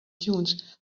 dunes